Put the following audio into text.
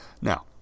Now